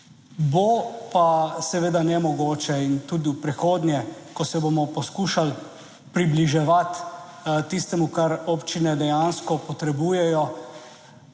Bo pa seveda nemogoče in tudi v prihodnje, ko se bomo poskušali približevati tistemu, kar občine dejansko potrebujejo,